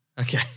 Okay